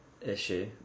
issue